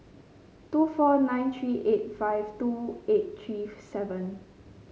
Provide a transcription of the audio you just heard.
two four nine three eight five two eight three seven